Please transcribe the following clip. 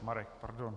Marek, pardon.